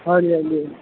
ਹਾਂਜੀ ਹਾਂਜੀ ਹਾਂਜੀ